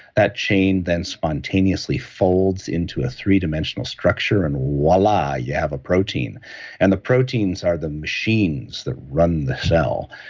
that chain then spontaneously folds into a three-dimensional structure, and voila. you have a protein and the proteins are the machines that run the cell.